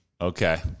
Okay